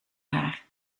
haar